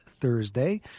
Thursday